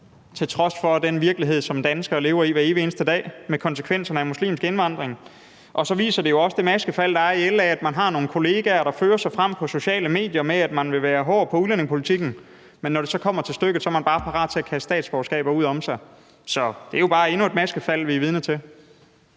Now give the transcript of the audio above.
til trods for den virkelighed, som danskere lever i hver evig eneste dag, nemlig med konsekvenserne af muslimsk indvandring. Og så viser det jo også det maskefald, der er i LA, altså at man har nogle kolleger, der fører sig frem på sociale medier med, at man vil være hård på udlændingepolitikken, men når det så kommer til stykket, er man bare parat til at kaste om sig med statsborgerskaber. Så det er jo bare endnu et maskefald, vi er vidne til.